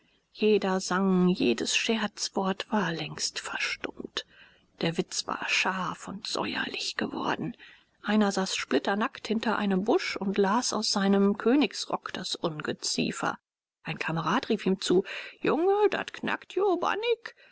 jeder sang jedes scherzwort war längst verstummt der witz war scharf und säuerlich geworden einer saß splitternackt hinter einem busch und las aus seinem königsrock das ungeziefer ein kamerad rief ihm zu junge datt knackt